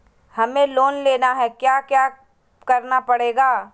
हमें लोन लेना है क्या क्या करना पड़ेगा?